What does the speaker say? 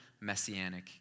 messianic